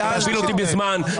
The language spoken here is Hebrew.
תגביל אותי בזמן.